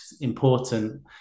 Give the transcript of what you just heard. important